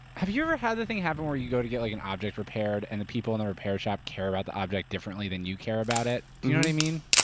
have you ever had the thing happen where you go to get like an object repaired, and the people in the repair shop care about the object differently than you care about it? do you know what i mean?